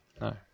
No